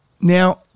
now